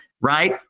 Right